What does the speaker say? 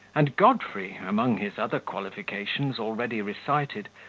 and godfrey, among his other qualifications already recited,